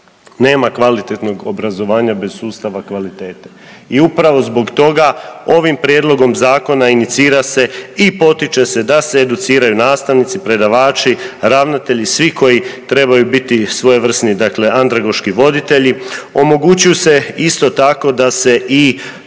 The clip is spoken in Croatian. Nema kvalitetnog obrazovanja bez sustava kvalitete. I upravo zbog toga ovim prijedlogom zakona inicira se i potiče se da se educiraju nastavnici, predavači, ravnatelji, svi koji trebaju biti svojevrsni, dakle andragoški voditelji. Omogućuju se isto tako da se i